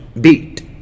Beat